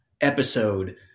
episode